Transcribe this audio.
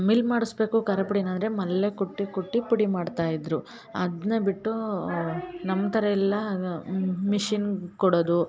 mill ಮಾಡಿಸ್ಬೇಕು ಖಾರ ಪುಡಿ ಅಂದರೆ ಮನೇಲೇ ಕುಟ್ಟಿ ಕುಟ್ಟಿ ಪುಡಿ ಮಾಡ್ತಾ ಇದ್ದರು ಅದನ್ನ ಬಿಟ್ಟು ನಮ್ಮ ಥರ ಎಲ್ಲ ಮಿಷಿನ್ಗೆ ಕೊಡೋದು